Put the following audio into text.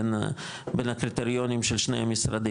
בין הקריטריונים של שני המשרדים,